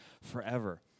forever